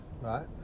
Right